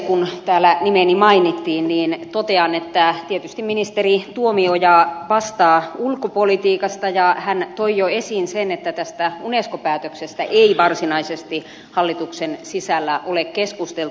kun täällä nimeni mainittiin niin totean että tietysti ministeri tuomioja vastaa ulkopolitiikasta ja hän toi jo esiin sen että tästä unesco päätöksestä ei varsinaisesti hallituksen sisällä ole keskusteltu